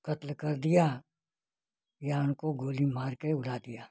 कत्ल कर दिया या उनको गोली मारकर उड़ा दिया